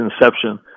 inception